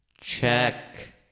Check